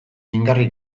mingarri